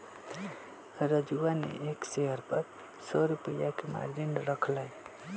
राजूवा ने एक शेयर पर सौ रुपया के मार्जिन रख लय